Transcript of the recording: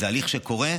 זה הליך שקורה,